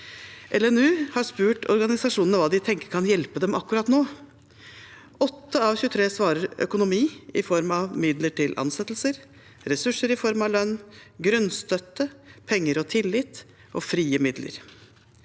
LNU har spurt organisasjonene hva de tenker kan hjelpe dem akkurat nå. 8 av 23 svarer økonomi i form av midler til ansettelser, ressurser i form av lønn, grunnstøtte, penger og tillit, og frie midler.